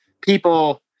people